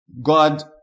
God